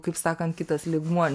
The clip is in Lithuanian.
kaip sakant kitas lygmuo